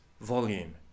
volume